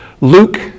Luke